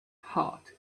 heart